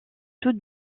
tout